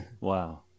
Wow